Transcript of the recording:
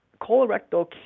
colorectal